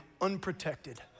unprotected